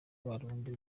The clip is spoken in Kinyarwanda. b’abarundi